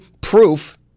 proof